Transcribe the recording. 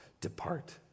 depart